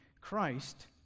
Christ